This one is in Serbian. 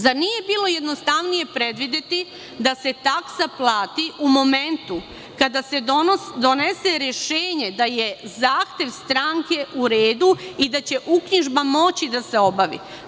Zar nije bilo jednostavnije predvideti da se taksa plati u momentu kada se donese rešenje da je zahtev stranke u redu i da će uknjižba moći da se obavi?